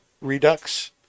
Redux